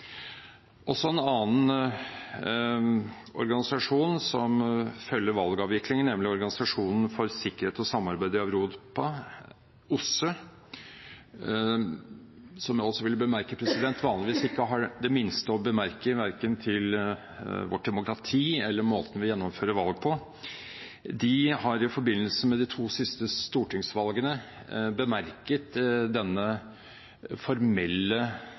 En annen organisasjon som følger valgavviklingen, Organisasjonen for sikkerhet og samarbeid i Europa, OSSE, som vanligvis ikke har det minste å bemerke verken til vårt demokrati eller måten vi gjennomfører valg på, har i forbindelse med de to siste stortingsvalgene bemerket den formelle